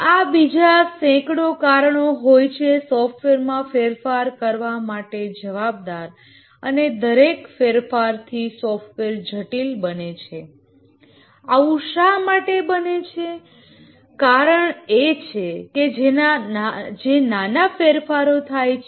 આવા બીજા સેંકડો કારણો હોય છે સોફ્ટવેરમાં ફેરફાર કરવા માટે જવાબદાર અને દરેક ફેરફાર થી સોફ્ટવેર જટિલ બને છે આવું શા માટે છે કારણ એ છે કે જે નાના ફેરફારો થાય છે